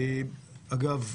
אגב,